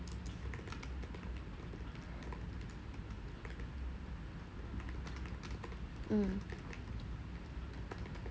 mm